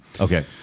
okay